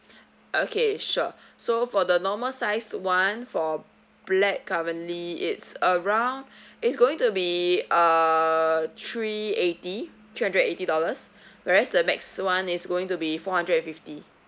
okay sure so for the normal sized one for black currently it's around it's going to be uh three eighty three hundred eighty dollars whereas the max [one] is going to be four hundred and fifty